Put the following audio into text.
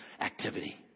activity